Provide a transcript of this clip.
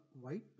White